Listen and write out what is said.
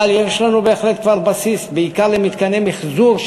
אבל יש לנו בהחלט כבר בסיס, בעיקר למתקני מיחזור.